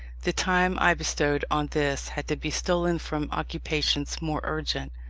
the time i bestowed on this had to be stolen from occupations more urgent.